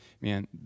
man